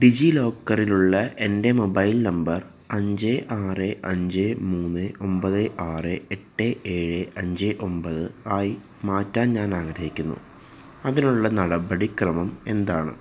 ഡിജി ലോക്കറിലുള്ള എൻ്റെ mobile number അഞ്ച് ആറ് അഞ്ച് മൂന്ന് ഒമ്പത് ആറ് എട്ട് ഏഴ് അഞ്ച് ഒമ്പത് ആയി മാറ്റാൻ ഞാൻ ആഗ്രഹിക്കുന്നു അതിനുള്ള നടപടിക്രമം എന്താണ്